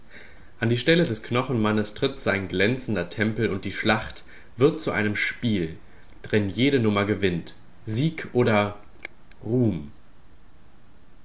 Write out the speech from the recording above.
an die stelle des knochenmannes tritt sein glänzender tempel und die schlacht wird zu einem spiel drin jede nummer gewinnt sieg oder ruhm